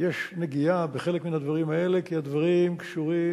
יש נגיעה בחלק מהדברים האלה, כי הדברים קשורים